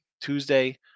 Tuesday